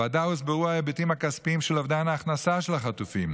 לוועדה הוסברו ההיבטים הכספיים של אובדן ההכנסה של החטופים,